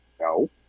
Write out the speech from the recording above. No